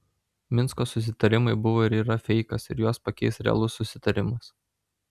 minsko susitarimai buvo ir yra feikas ir juos pakeis realus susitarimas